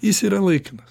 jis yra laikinas